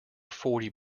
forty